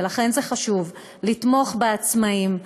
ולכן חשוב לתמוך בעצמאים,